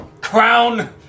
crown